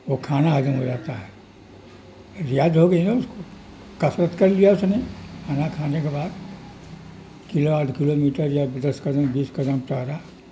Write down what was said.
وہ کھانا حزم ہو جاتا ہے ہو گئی نا اس کو کثرت کر لیا اس نے کھانا کھانے کے بعد کلو آدھ کلو میٹر یا دس قدم بیس قدم ٹہلا